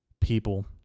people